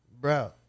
Bro